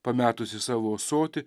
pametusi savo ąsotį